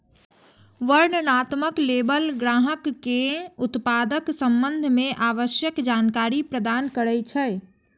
वर्णनात्मक लेबल ग्राहक कें उत्पादक संबंध मे आवश्यक जानकारी प्रदान करै छै